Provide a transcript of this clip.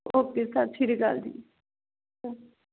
okay Sat Sri Akal ji okay